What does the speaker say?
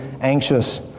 anxious